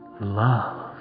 love